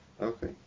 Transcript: Okay